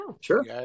Sure